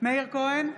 מאיר כהן,